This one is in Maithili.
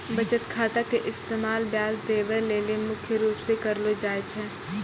बचत खाता के इस्तेमाल ब्याज देवै लेली मुख्य रूप से करलो जाय छै